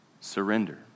surrender